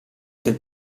del